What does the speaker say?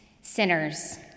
Sinners